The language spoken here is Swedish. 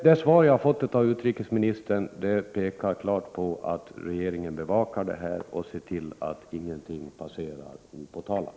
Det svar jag har fått av utrikesministern pekar klart på att regeringen bevakar detta och ser till att ingenting passerar opåtalat.